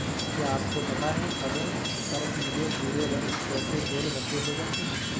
क्या आपको पता है फलों पर पीले भूरे रंग जैसे गोल धब्बे हो जाते हैं?